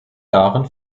jahren